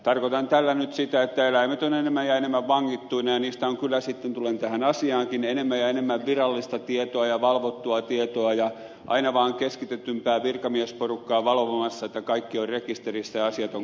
tarkoitan tällä nyt sitä että eläimet ovat enemmän ja enemmän vangittuina ja niistä on kyllä sitten tulen tähän asiaankin enemmän ja enemmän virallista tietoa ja valvottua tietoa ja aina vaan keskitetympää virkamiesporukkaa valvomassa että kaikki on rekisterissä ja asiat on kunnossa